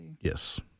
Yes